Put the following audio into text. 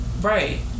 Right